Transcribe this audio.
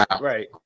right